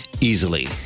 easily